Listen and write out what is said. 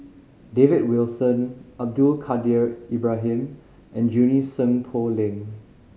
David Wilson Abdul Kadir Ibrahim and Junie Sng Poh Leng